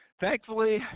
thankfully